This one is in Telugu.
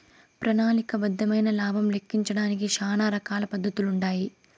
ప్రణాళిక బద్దమైన లాబం లెక్కించడానికి శానా రకాల పద్దతులుండాయి